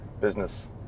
business